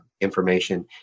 information